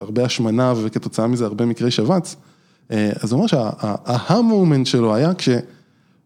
הרבה השמנה וכתוצאה מזה, הרבה מקרי שבץ, אז זה ממש, ההמומנט שלו היה כש...